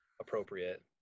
appropriate